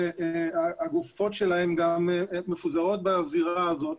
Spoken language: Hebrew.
הגופות שלהם מפוזרות בזירה הזאת,